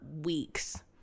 weeks